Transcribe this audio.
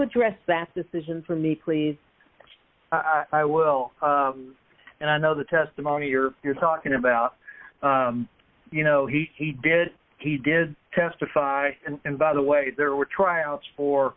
address that decision for me please i will and i know the testimony you're you're talking about you know he he did he did testify and by the way there were tryouts